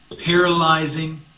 paralyzing